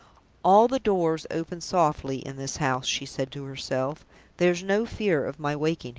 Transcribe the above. all the doors open softly in this house, she said to herself there's no fear of my waking him.